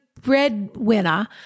breadwinner